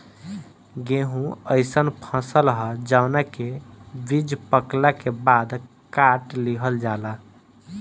गेंहू अइसन फसल ह जवना के बीज पकला के बाद काट लिहल जाला